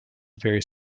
very